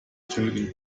tilgen